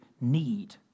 need